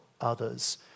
others